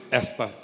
esta